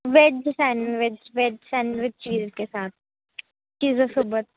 veg sandwich veg sandwich cheese के साथ चीजसोबत